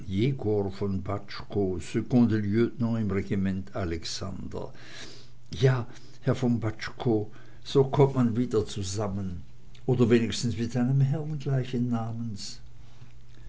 von baczko secondelieutenant im regiment alexander ja herr von baczko so kommt man wieder zusammen oder doch wenigstens mit einem herren gleichen namens